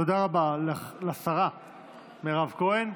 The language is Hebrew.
תודה רבה לשרה מירב כהן.